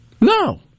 No